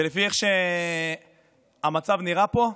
ולפי איך שהמצב נראה פה,